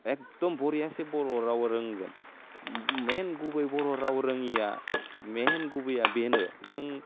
एगदम बरियासै बर' राव रोंगोन मेइन गुबै बर' राव रोयिया मेइन गुबैया बेनो जों